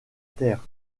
terre